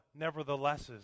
neverthelesses